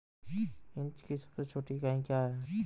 Inch की सबसे छोटी इकाई क्या है?